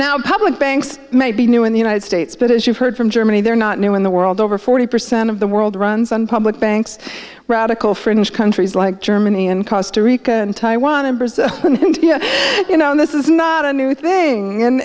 now public banks may be new in the united states but as you've heard from germany they're not new in the world over forty percent of the world runs on public banks radical fringe countries like germany and costa rica and taiwan and you know this is not a new thing and